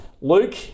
Luke